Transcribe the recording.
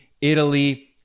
Italy